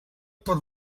per